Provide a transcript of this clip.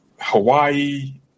Hawaii